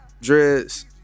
dreads